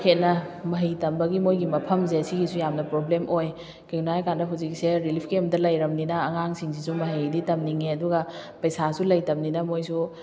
ꯍꯦꯟꯅ ꯃꯍꯩ ꯇꯝꯕꯒꯤ ꯃꯣꯏꯒꯤ ꯃꯐꯝꯁꯦ ꯁꯤꯒꯤꯁꯨ ꯌꯥꯝꯅ ꯄ꯭ꯔꯣꯕ꯭ꯂꯦꯝ ꯑꯣꯏ ꯀꯔꯤꯒꯤꯅꯣ ꯍꯥꯏ ꯀꯥꯟꯗ ꯍꯧꯖꯤꯛꯁꯦ ꯔꯤꯂꯤꯐ ꯀꯦꯝꯗ ꯂꯩꯔꯕꯅꯤꯅ ꯑꯉꯥꯡꯁꯤꯡꯁꯤꯁꯨ ꯃꯍꯩꯗꯤ ꯇꯝꯅꯤꯡꯉꯦ ꯑꯗꯨꯒ ꯄꯩꯁꯥꯁꯨ ꯂꯩꯇꯕꯅꯤꯅ ꯃꯣꯏꯁꯨ